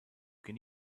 can